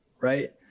right